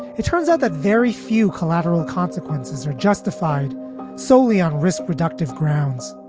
it turns out that very few collateral consequences are justified solely on risk productive grounds.